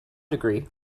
degree